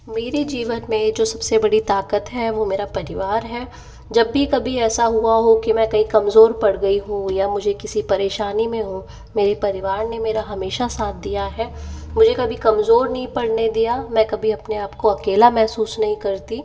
मेरे जीवन में जो सबसे बड़ी ताकत है वो मेरा परिवार है जब भी कभी ऐसा हुआ हो कि मैं कहीं कमज़ोर पड़ गई हूँ या मुझे किसी परेशानी में हूँ मेरे परिवार ने मेरा हमेशा साथ दिया है मुझे कभी कमज़ोर नहीं पड़ने दिया मैं कभी अपने आपको अकेला महसूस नहीं करती